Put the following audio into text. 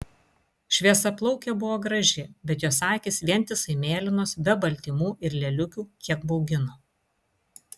šviesiaplaukė buvo graži bet jos akys vientisai mėlynos be baltymų ir lėliukių kiek baugino